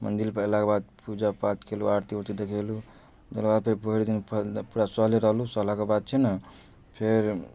मन्दिर पर अयलाके बाद पूजा पाठ केलहुॅं आरती ऊरती देखेलहुॅं तकरा बाद फेर भरि दिन फल पुरा सहले रहलहुॅं सहलाके बाद छै ने फेर